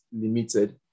Limited